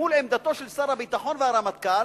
מול העמדה של שר הביטחון והרמטכ"ל,